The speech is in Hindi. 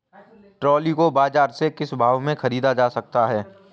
ट्रॉली को बाजार से किस भाव में ख़रीदा जा सकता है?